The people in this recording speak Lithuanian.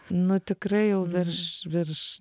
nu tikrai jau virš virš